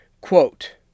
quote